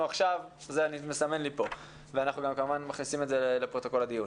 אני מסמן לי פה ואנחנו כמובן מכניסים את זה לפרוטוקול הדיון.